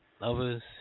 lovers